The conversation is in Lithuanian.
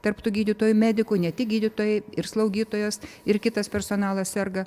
tarp tų gydytojų medikų ne tik gydytojai ir slaugytojos ir kitas personalas serga